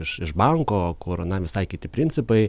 iš iš banko kur na visai kiti principai